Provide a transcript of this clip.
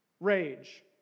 rage